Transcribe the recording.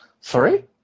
Sorry